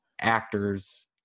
actors